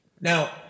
Now